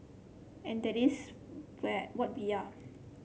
and that is where what we are